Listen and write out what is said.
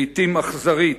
לעתים אכזרית,